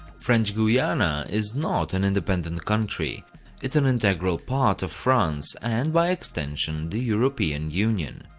french guiana is not an independent country it's an integral part of france, and by extension the european union.